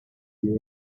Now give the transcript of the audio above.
the